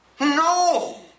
No